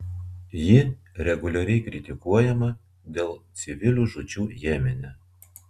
ji reguliariai kritikuojama dėl civilių žūčių jemene